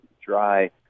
dry